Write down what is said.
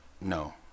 no